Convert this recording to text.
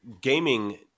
gaming